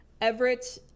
Everett